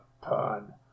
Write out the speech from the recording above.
pun